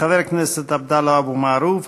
חבר הכנסת עבדאללה אבו מערוף,